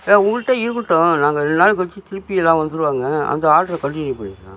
உங்கள்ட்ட இருக்கட்டும் நாங்கள் ரெண்டு நாள் கழித்து திருப்பி எல்லாம் வந்துடுவாங்க அந்த ஆட்ரை கண்டினியூவ் பண்ணிக்கலாம்